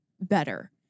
better